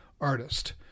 artist